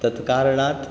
तत्कारणात्